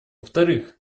вторых